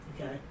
Okay